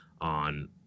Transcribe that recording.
on